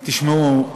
תשמעו,